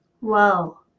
Wow